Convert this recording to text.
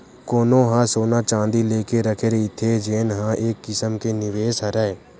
कोनो ह सोना चाँदी लेके रखे रहिथे जेन ह एक किसम के निवेस हरय